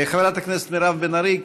חברת הכנסת מירב בן ארי,